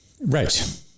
Right